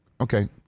Okay